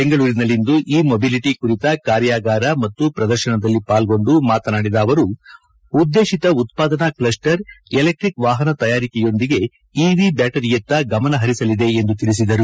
ಬೆಂಗಳೂರಿನಲ್ಲಿಂದು e mobility ಕುರಿತ ಕಾರ್ಯಾಗಾರ ಮತ್ತು ಪ್ರದರ್ಶನದಲ್ಲಿ ಪಾಲ್ಗೊಂಡು ಮಾತನಾಡಿದ ಅವರು ಉದ್ದೇಶಿತ ಉತ್ಪಾದನಾ ಕ್ಷಸ್ಟರ್ ಎಲೆಕ್ಟಿಕ್ ವಾಹನ ತಯಾರಿಕೆಯೊಂದಿಗೆ ಇವಿ ಬ್ಯಾಟರಿಯತ್ತ ಗಮನ ಪರಿಸಲಿದೆ ಎಂದು ತಿಳಿಸಿದರು